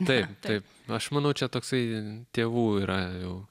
taip taip aš manau čia toksai tėvų yra jau